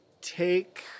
take